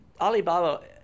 Alibaba